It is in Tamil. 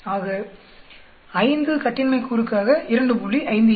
ஆக 5 கட்டின்மை கூறுக்காக 2